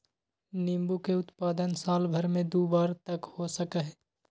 नींबू के उत्पादन साल भर में दु बार तक हो सका हई